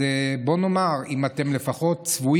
אז בואו נאמר שאם אתם צבועים,